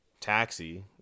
taxi